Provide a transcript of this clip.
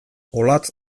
olatz